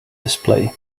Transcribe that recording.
display